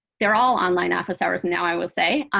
they're all online office hours now, i will say.